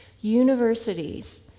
Universities